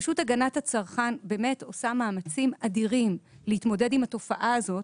רשות הגנת הצרכן באמת עושה מאמצים אדירים להתמודד עם התופעה הזאת.